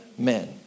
Amen